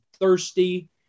thirsty